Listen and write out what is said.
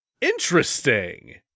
Interesting